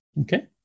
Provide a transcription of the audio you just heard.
Okay